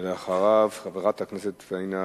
ואחריו, חברת הכנסת פאינה קירשנבאום.